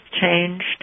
changed